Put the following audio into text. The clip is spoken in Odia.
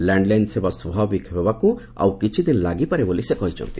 ଲ୍ୟାଣଲାଇନ୍ ସେବା ସ୍ୱାଭାବିକ ହେବାକୁ ଆଉ କିଛି ଦିନ ଲାଗିପାରେ ବୋଲି ସେ କହିଛନ୍ତି